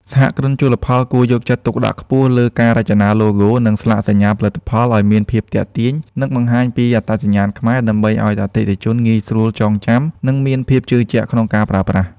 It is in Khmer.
សហគ្រិនជលផលគួរយកចិត្តទុកដាក់ខ្ពស់លើការរចនាឡូហ្គោ និងស្លាកសញ្ញាផលិតផលឱ្យមានភាពទាក់ទាញ និងបង្ហាញពីអត្តសញ្ញាណខ្មែរ ដើម្បីឱ្យអតិថិជនងាយស្រួលចងចាំ និងមានភាពជឿជាក់ក្នុងការប្រើប្រាស់។